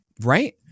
right